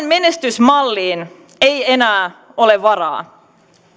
menestysmalliin ei enää ole varaa